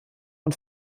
und